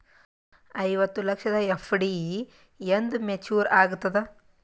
ಐವತ್ತು ಲಕ್ಷದ ಎಫ್.ಡಿ ಎಂದ ಮೇಚುರ್ ಆಗತದ?